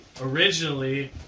originally